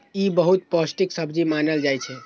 ई बहुत पौष्टिक सब्जी मानल जाइ छै